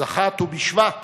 זכה ט"ו בשבט